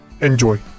enjoy